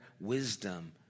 wisdom